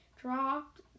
Dropped